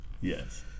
Yes